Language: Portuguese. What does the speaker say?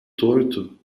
torto